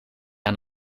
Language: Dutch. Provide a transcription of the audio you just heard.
aan